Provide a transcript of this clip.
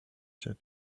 said